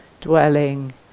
dwelling